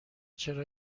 چرا